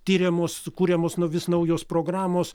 tiriamos sukuriamos nu vis naujos programos